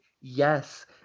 Yes